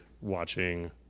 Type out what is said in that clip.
watching